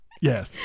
Yes